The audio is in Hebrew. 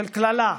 של קללה.